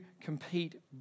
compete